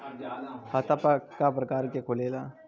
खाता क प्रकार के खुलेला?